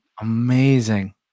Amazing